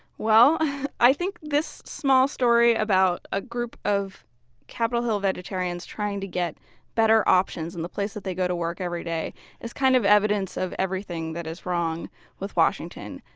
i think this small story about a group of capitol hill vegetarians trying to get better options in the place that they go to work every day is kind of evidence of everything that is wrong with washington.